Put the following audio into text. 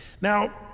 Now